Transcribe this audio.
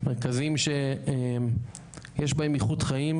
מרכזים שיש בהם איכות חיים,